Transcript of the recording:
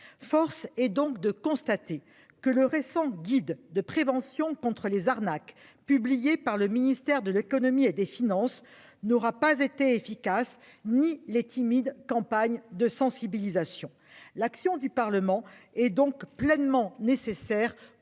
Force est donc de constater que le récent guide de prévention contre les arnaques publié par le ministère de l'Économie et des Finances n'aura pas été efficace ni les timides campagnes de sensibilisation. L'action du Parlement et donc pleinement nécessaires